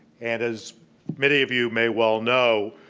and as many of you may well know,